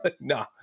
No